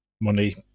money